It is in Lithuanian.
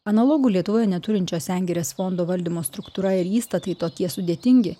analogų lietuvoje neturinčios sengirės fondo valdymo struktūra ir įstatai tokie sudėtingi